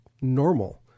normal